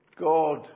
God